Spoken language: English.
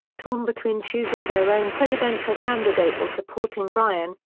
torn between choosing their own presidential candidate or supporting bryan,